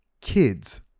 kids